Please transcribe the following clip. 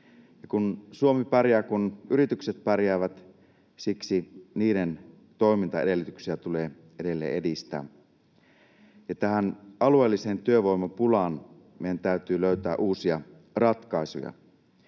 Suomi pärjää, kun yritykset pärjäävät. Siksi niiden toimintaedellytyksiä tulee edelleen edistää, ja tähän alueelliseen työvoimapulaan meidän täytyy löytää uusia ratkaisuja.